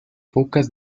pocas